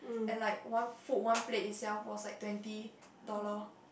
and like one food one plate itself was like twenty dollar